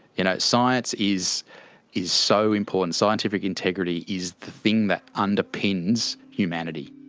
you know science is is so important. scientific integrity is the thing that underpins humanity.